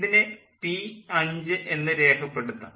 ഇതിനെ പി5 എന്നു രേഖപ്പെടുത്താം